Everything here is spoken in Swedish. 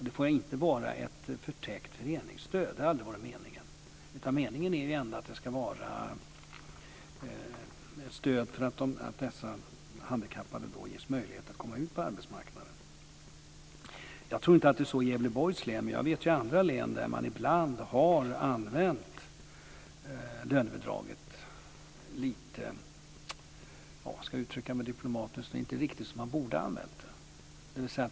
Det får inte vara ett förtäckt föreningsstöd - det har aldrig varit meningen. Meningen är att det ska vara ett stöd för att de handikappade ska ges möjlighet att komma ut på arbetsmarknaden. Jag tror inte att det är så här i Gävleborgs län, men jag vet att man i andra län ibland har använt lönebidraget - och nu ska jag uttrycka mig diplomatiskt - inte riktigt som man borde ha använt det.